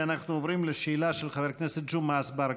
אנחנו עוברים לשאלה של חבר הכנסת ג'מעה אזברגה,